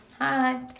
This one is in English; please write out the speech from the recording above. hi